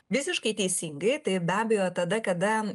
visiškai teisingai tai be abejo tada kada